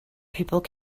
people